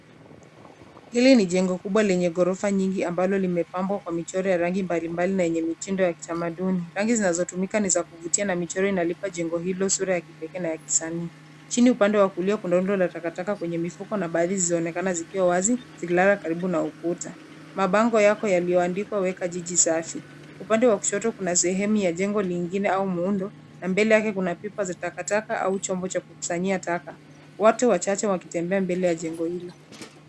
Hili ni jengo kubwa lenye ghorofa nyingi ambalo limepambwa kwa michoro ya rangi mbalimbali na yenye mitindo ya kitamaduni. Rangi zinazotumika ni za kuvutia na michoro inalipa jengo hilo sura ya kipekee na ya kisanii. Chini upande wa kulia kuna rundo la takataka kwenye mifuko na baadhi zikionekana zikiwa wazi zikilala karibu na ukuta. Mabango yako yaliyoandikwa weka jiji safi. Upande wa kushoto kuna sehemu ya jengo lingine au muundo na mbele yake kuna pipa za takataka au chombo cha kukusanyia taka. Watu wachache wakitembea mbele ya jengo hilo.